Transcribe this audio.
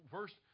First